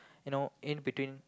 you know in between